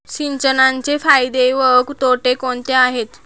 सिंचनाचे फायदे व तोटे कोणते आहेत?